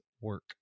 work